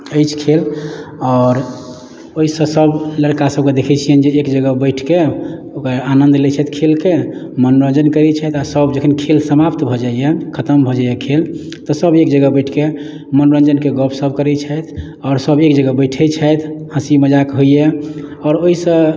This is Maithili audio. अछि खेल आओर ओहिसँ सभ लड़कासभके देखैत छियनि जे एक जगह बैठ कऽ ओकरा आनन्द लैत छथि खेलके मनोरञ्जन करैत छथि आ सभ जखन खेल समाप्त भऽ जाइए खतम भऽ जाइए खेल तऽ सभ एक जगह बैठ कऽ मनोरञ्जनके गपशप करैत छथि आओर सभ एक जगह बैठैत छथि हँसी मजाक होइए आओर ओहिसँ